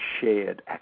shared